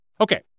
Okay